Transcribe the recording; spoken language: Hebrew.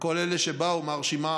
לכל אלה שבאו מרשימה